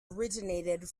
originated